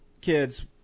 kids